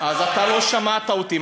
אז אתה לא שמעת אותי.